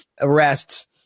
arrests